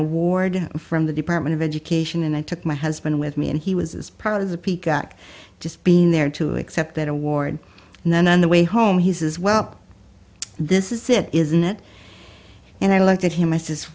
award from the department of education and i took my husband with me and he was part of the peacock just being there to accept that award and then on the way home he says well this is it isn't it and i looked at him i says